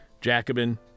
Jacobin